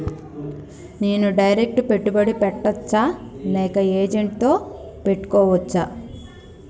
నేను డైరెక్ట్ పెట్టుబడి పెట్టచ్చా లేక ఏజెంట్ తో చేస్కోవచ్చా?